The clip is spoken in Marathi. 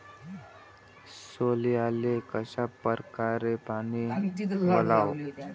सोल्याले कशा परकारे पानी वलाव?